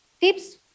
tips